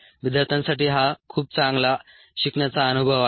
विद्यार्थ्यांसाठी हा खूप चांगला शिकण्याचा अनुभव आहे